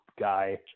Guy